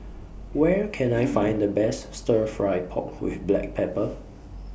Where Can I Find The Best Stir Fry Pork with Black Pepper